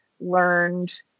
learned